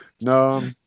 no